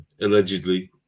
Allegedly